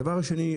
הדבר השני,